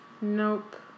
Nope